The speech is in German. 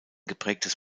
geprägtes